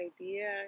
idea